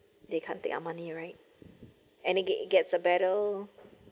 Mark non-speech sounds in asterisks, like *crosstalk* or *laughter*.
*breath* they can't take our money right and it get it gets a better